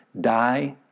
die